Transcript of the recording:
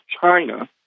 China